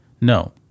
No